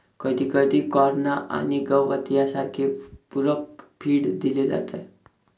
कधीकधी कॉर्न आणि गवत सारखे पूरक फीड दिले जातात